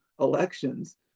elections